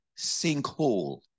sinkhole